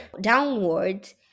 downwards